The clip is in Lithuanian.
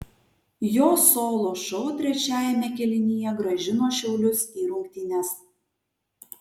jo solo šou trečiajame kėlinyje grąžino šiaulius į rungtynes